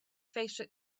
facial